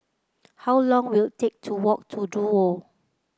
how long will take to walk to Duo